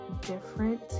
different